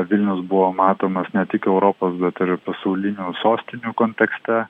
vilnius buvo matomas ne tik europos bet ir pasaulinių sostinių kontekste